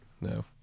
No